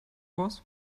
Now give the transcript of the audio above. was